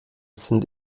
sind